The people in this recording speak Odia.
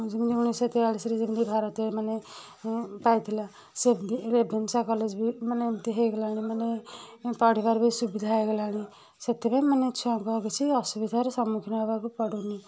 ଯେମିତି ଉଣେଇଶିଶହ ତେୟାଳିଶିରେ ଯେମିତି ଭାରତୀୟମାନେ ପାଇଥିଲା ସେମିତି ରେଭେନ୍ସା କଲେଜ ବି ମାନେ ଏମିତି ହେଇଗଲାଣି ମାନେ ପଢ଼ିବାରେ ବି ସୁବିଧା ହେଇଗଲାଣି ସେଥିପାଇଁ ମାନେ ଛୁଆଙ୍କୁ ଆଉ କିଛି ଅସୁବିଧାରେ ସମୁଖୀନ ହେବାକୁ ପଡ଼ୁନି